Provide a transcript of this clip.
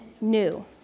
new